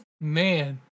Man